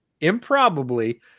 improbably